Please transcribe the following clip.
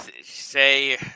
say